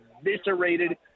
eviscerated